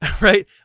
right